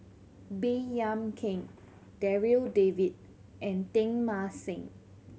Baey Yam Keng Darryl David and Teng Mah Seng